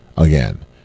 Again